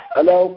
Hello